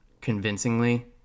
convincingly